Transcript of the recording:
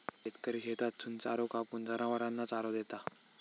शेतकरी शेतातसून चारो कापून, जनावरांना चारो देता